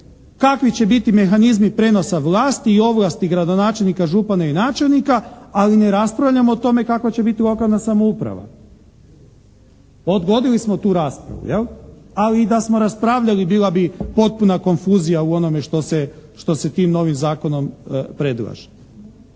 kakvi će biti mehanizmi prijenosa vlasti i ovlasti gradonačelnika, župana i načelnika, ali ne raspravljamo o tome kakva će biti lokalna samouprava. Odgodili smo tu raspravu. Ali i da smo raspravljali, bila bi potpuna konfuzija u onome što se tim novim zakonom predlaže.